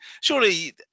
surely